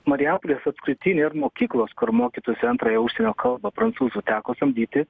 marijampolės apskrity nėr mokyklos kur mokytųsi antrąją užsienio kalba prancūzų teko samdyti